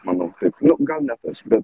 manau taip gal ne bet